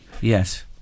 Yes